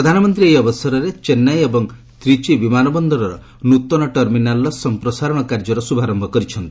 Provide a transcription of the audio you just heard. ପ୍ରଧାନମନ୍ତ୍ରୀ ଏହି ଅବସରରେ ଚେନ୍ନାଇ ଏବଂ ତ୍ରିଚିଂ ବିମାନ ବନ୍ଦରର ନୃତନ ଟର୍ମିନାଲର ସମ୍ପ୍ରସାରଣ କାର୍ଯ୍ୟର ଶ୍ରଭାରମ୍ଭ କରିଛନ୍ତି